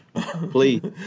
Please